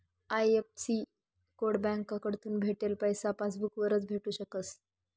IFSC code बँककडथून भेटेल पैसा पासबूक वरच भेटू शकस